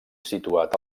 situat